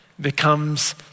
becomes